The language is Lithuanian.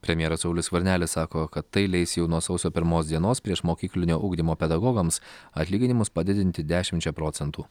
premjeras saulius skvernelis sako kad tai leis jau nuo sausio pirmos dienos priešmokyklinio ugdymo pedagogams atlyginimus padidinti dešimčia procentų